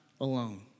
Alone